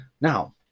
Now